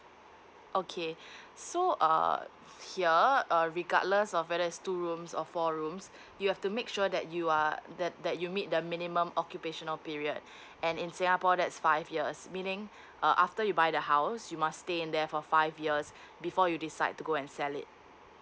okay so err here err regardless of whether is two rooms or four rooms you have to make sure that you are that that you meet the minimum occupational period and in singapore that's five years meaning err after you buy the house you must stay in there for five years before you decide to go and sell it